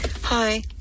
Hi